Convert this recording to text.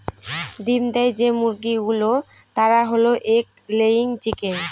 ডিম দেয় যে মুরগি গুলো তারা হল এগ লেয়িং চিকেন